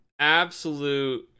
absolute